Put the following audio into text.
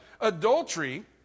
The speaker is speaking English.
adultery